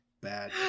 bad